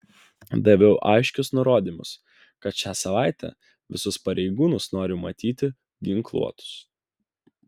daviau aiškius nurodymus kad šią savaitę visus pareigūnus noriu matyti ginkluotus